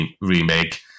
remake